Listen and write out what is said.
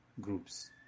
groups